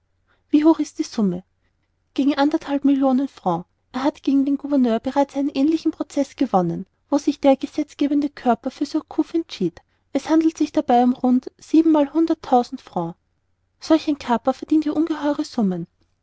wie hoch ist die summe gegen anderthalb millionen francs er hat gegen den gouverneur bereits einen ähnlichen prozeß gewonnen wo sich der gesetzgebende körper für surcouf entschied es handelte sich dabei um rund siebenmalhunderttausend francs solch ein kaper verdient ja ungeheure summen